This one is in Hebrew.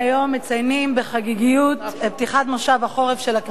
מציינים בחגיגיות את פתיחת מושב החורף של הכנסת,